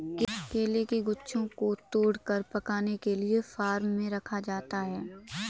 केले के गुच्छों को तोड़कर पकाने के लिए फार्म में रखा जाता है